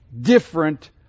different